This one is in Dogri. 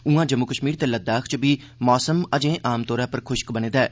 उआं जम्मू कष्मीर ते लद्दाख च बी मौसम अजें आमतौर उप्पर खुष्क बनै'रदा ऐ